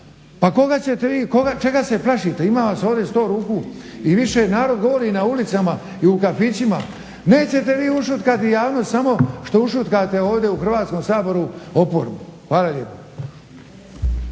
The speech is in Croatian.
u Saboru. Pa čega se plašite? Ima vas ovdje 100 ruku i više, narod govori u ulicama i kafićima. Nećete vi ušutkati javnosti samo što ušutkate ovdje u Hrvatskom saboru oporbu. Hvala lijepo.